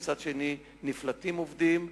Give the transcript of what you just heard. ומצד שני נפלטים עובדים,